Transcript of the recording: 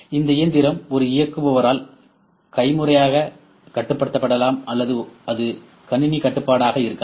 இந்த இயந்திரம் ஒரு இயக்குபவரால் கைமுறையாகக் கட்டுப்படுத்தப்படலாம் அல்லது அது கணினி கட்டுப்பாட்டாக இருக்கலாம்